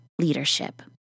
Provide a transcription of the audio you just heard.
leadership